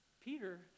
Peter